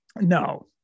No